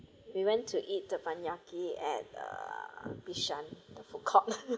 we went to eat the teppanyaki at uh Bishan the food court